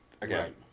again